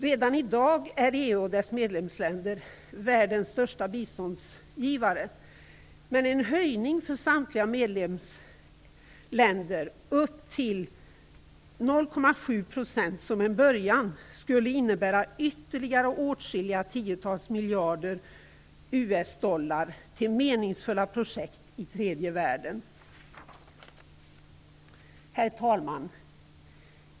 Redan i dag är EU och dess medlemsländer världens största biståndsgivare, men en höjning för samtliga medlemsländer upp till 0,7 % som en början skulle innebära ytterligare åtskilliga tiotals miljarder US-dollar till meningsfulla projekt i tredje världen. Herr talman!